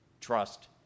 Trust